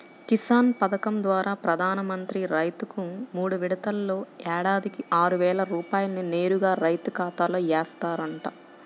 కిసాన్ పథకం ద్వారా ప్రధాన మంత్రి రైతుకు మూడు విడతల్లో ఏడాదికి ఆరువేల రూపాయల్ని నేరుగా రైతు ఖాతాలో ఏస్తారంట